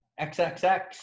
XXX